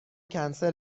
کنسل